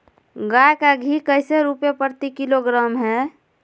गाय का घी कैसे रुपए प्रति किलोग्राम है?